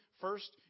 First